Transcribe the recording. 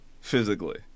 physically